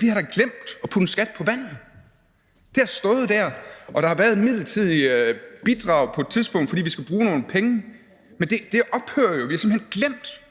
Vi har da glemt at lægge en skat på vandet. Det har stået der, og der har været et midlertidigt bidrag på et tidspunkt, fordi vi skulle bruge nogle penge, men det ophører jo. Vi har simpelt hen glemt